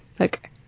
Okay